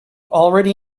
already